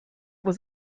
was